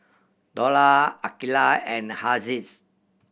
Dollah Aqilah and Haziqs